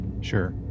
Sure